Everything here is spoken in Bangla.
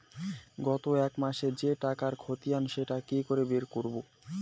গত এক মাসের যে টাকার খতিয়ান সেটা কি করে বের করব?